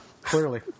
clearly